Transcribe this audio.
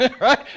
Right